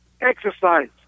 Exercise